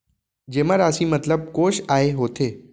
जेमा राशि मतलब कोस आय होथे?